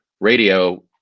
radio